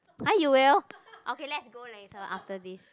!huh! you will okay let's go later after this